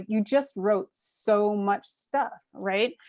you just wrote so much stuff, right.